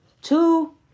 two